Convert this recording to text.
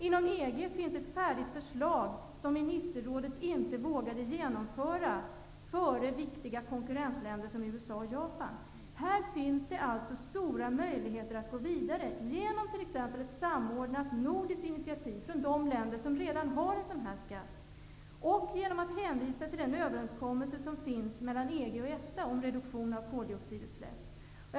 Inom EG finns det ett färdigt förslag som Ministerrådet inte vågade förverkliga före viktiga konkurrentländer som USA och Japan. Här finns det alltså stora möjligheter att gå vidare, t.ex. genom ett samordnat nordiskt initiativ från de länder som redan har en sådan här skatt och genom att hänvisa till den överenskommelse som finns mellan EG och EFTA om en reduktion av koldioxidutsläppen.